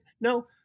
no